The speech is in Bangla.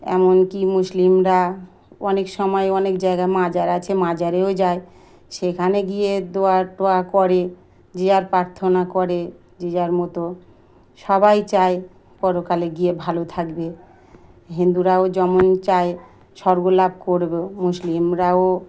এমনকি মুসলিমরা অনেক সময় অনেক জায়গায় মাজার আছে মাজারেও যায় সেখানে গিয়ে দোয়া টোয়া করে যে যার প্রার্থনা করে যে যার মতো সবাই চায় পরকালে গিয়ে ভালো থাকবে হিন্দুরাও যেমন চায় স্বর্গ লাভ করবে মুসলিমরাও